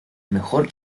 mejor